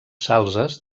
salzes